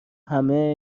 همه